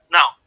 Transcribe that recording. Now